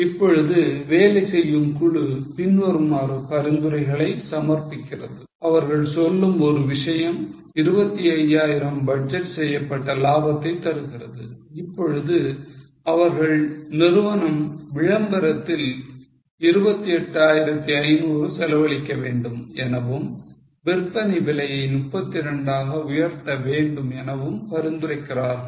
இப்பொழுது வேலை செய்யும் குழு பின்வரும் பரிந்துரைகளை சமர்ப்பிக்கிறது அவர்கள் சொல்லும் ஒரு விஷயம் 25000 பட்ஜெட் செய்யப்பட்ட லாபத்தை தருகிறது இப்பொழுது அவர்கள் நிறுவனம் விளம்பரத்தில் 28500 செலவழிக்க வேண்டும் எனவும் விற்பனை விலையை 32 ஆக உயர்த்த வேண்டும் எனவும் பரிந்துரைக்கிறார்கள்